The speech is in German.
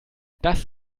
das